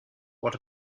what